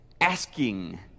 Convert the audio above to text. asking